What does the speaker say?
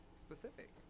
specific